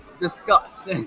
Discuss